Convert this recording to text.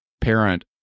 parent